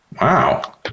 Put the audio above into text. Wow